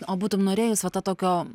o būtum norėjus va to tokio